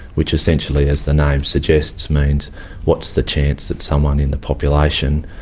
which essentially, as the name suggests, means what's the chance that someone in the population,